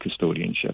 custodianship